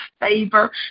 favor